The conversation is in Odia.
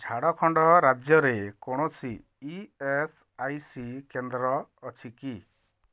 ଝାଡ଼ଖଣ୍ଡ ରାଜ୍ୟରେ କୌଣସି ଇ ଏସ୍ ଆଇ ସି କେନ୍ଦ୍ର ଅଛି କି